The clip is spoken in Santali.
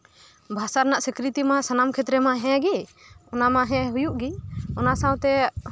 ᱵᱷᱟᱥᱟ ᱨᱮᱱᱟᱜ ᱥᱤᱠᱨᱤᱛᱤ ᱢᱟ ᱥᱟᱱᱟᱢ ᱠᱷᱮᱛᱨᱮ ᱢᱟ ᱦᱮᱸᱜᱮ ᱚᱱᱟ ᱢᱟ ᱦᱩᱭᱩᱜ ᱜᱮ ᱚᱱᱟ ᱥᱟᱶᱛᱮ